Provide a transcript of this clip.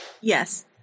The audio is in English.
Yes